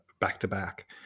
back-to-back